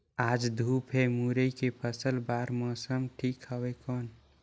आज धूप हे मुरई के फसल बार मौसम ठीक हवय कौन?